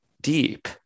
deep